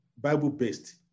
Bible-based